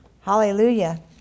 Hallelujah